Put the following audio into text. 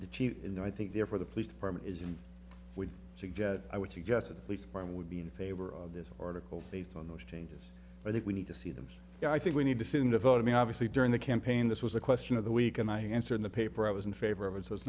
to cheat and i think therefore the police department is and would suggest i would suggest at least by i would be in favor of this article based on those changes i think we need to see them i think we need to send a thought i mean obviously during the campaign this was a question of the week and i answer in the paper i was in favor of it so it's